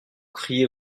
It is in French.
criez